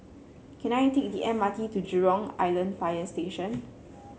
can I take the M R T to Jurong Island Fire Station